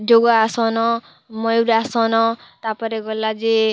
ଯୋଗାସନ ମୟୁରାସନ ତାପରେ ଗଲା ଯେ